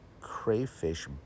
crayfish